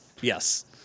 Yes